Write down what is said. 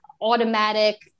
automatic